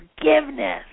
forgiveness